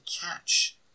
catch